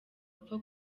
apfa